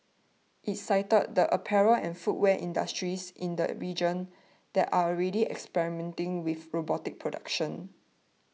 it cited the apparel and footwear industries in the region that are already experimenting with robotic production